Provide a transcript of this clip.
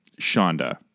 Shonda